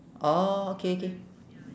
orh okay okay